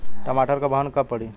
टमाटर क बहन कब पड़ी?